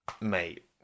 mate